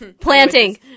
Planting